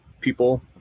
people